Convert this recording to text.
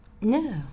No